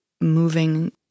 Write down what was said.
moving